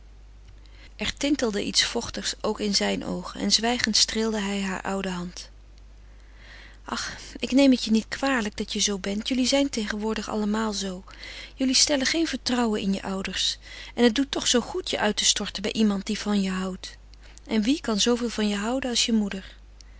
er tintelde iets vochtigs ook in zijne oogen en zwijgend streelde hij hare oude hand ach ik neem het je niet kwalijk dat je zoo bent jullie zijn tegenwoordig allemaal zoo jullie stellen geen vertrouwen in je ouders en wie kan zooveel van je houden als je moeder